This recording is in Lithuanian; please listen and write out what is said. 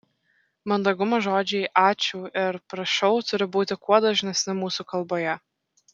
mandagumo žodžiai ačiū ir prašau turi būti kuo dažnesni mūsų kalboje